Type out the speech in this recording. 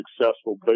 successful